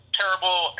terrible